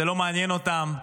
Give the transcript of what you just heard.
זה לא מעניין אותם.